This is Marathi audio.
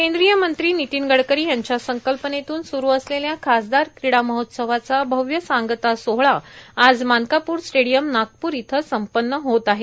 केंद्रीय मंत्री नितीन गडकरी यांच्या संकल्पनेतून सुरू असलेल्या खासदार क्रीडा महोत्सवाचा भव्य सांगता सोहळा आज मानकापूर स्टेडियम नागपूर इथं संपन्न होत आहे